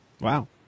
wow